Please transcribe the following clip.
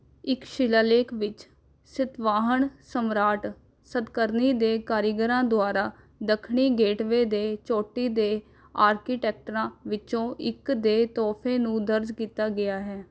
ਇੱਕ ਸ਼ਿਲਾਲੇਖ ਵਿੱਚ ਸਤਵਾਹਨ ਸਮਰਾਟ ਸਤਕਰਨੀ ਦੇ ਕਾਰੀਗਰਾਂ ਦੁਆਰਾ ਦੱਖਣੀ ਗੇਟਵੇ ਦੇ ਚੋਟੀ ਦੇ ਆਰਕੀਟੈਕਟਰਾਂ ਵਿੱਚੋਂ ਇੱਕ ਦੇ ਤੋਹਫ਼ੇ ਨੂੰ ਦਰਜ ਕੀਤਾ ਗਿਆ ਹੈ